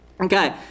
Okay